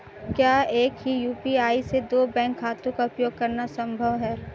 क्या एक ही यू.पी.आई से दो बैंक खातों का उपयोग करना संभव है?